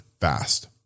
fast